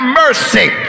mercy